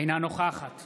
אינה נוכחת